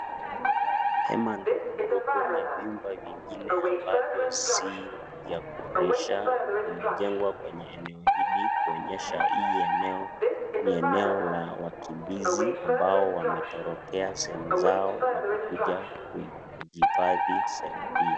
Hema ndogo ndogo na viumba vingine ambavyo si ya kufurahisha imejengwa kwa eneo hili kuonyesha hii eneo ni eneo la watu wakimbizi ambao wametorokea sehemu zao na kukuja kujihifadhi sehemu hii.